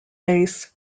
bass